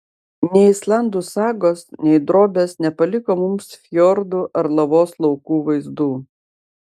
nei islandų sagos nei drobės nepaliko mums fjordų ar lavos laukų vaizdų